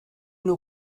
nur